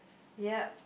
ya